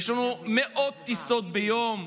יש לנו מאות טיסות ביום,